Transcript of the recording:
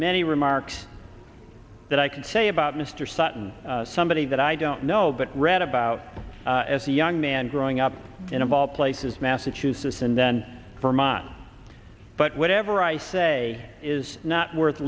many remarks that i can tell you about mr sutton somebody that i don't know but read about as a young man growing up in of all places massachusetts and then vermont but whatever i say is not worth